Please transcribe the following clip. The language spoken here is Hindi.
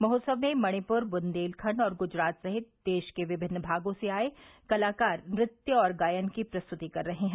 महोत्सव में मणिपुर बुन्देखण्ड और गुजरात सहित देश के विमिन्न भागों से आये कलाकार नृत्य और गायन की प्रस्तुति कर रहे हैं